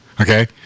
Okay